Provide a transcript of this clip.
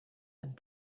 and